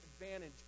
advantage